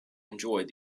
enjoyed